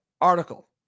article